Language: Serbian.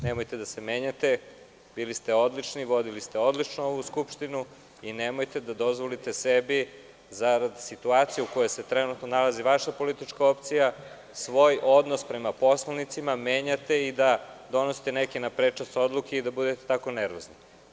Nemojte da se menjate, bili ste odlični, vodili ste odlično ovu Skupštinu i nemojte da dozvolite sebi, zarad situacije u kojoj se trenutno nalazi vaša politička opcija, da svoj odnos prema poslanicima menjate i da donosite neke naprečac odluke i da budete tako nervozni.